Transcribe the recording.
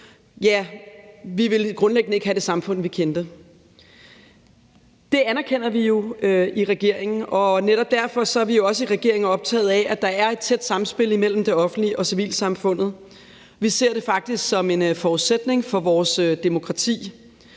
Ja, vi ville grundlæggende ikke have det samfund, vi kender. Det anerkender vi jo i regeringen, og netop derfor er vi i regeringen også optaget af, at der er et tæt samspil imellem det offentlige og civilsamfundet. Vi ser det faktisk som en forudsætning for vores demokrati.